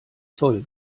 zoll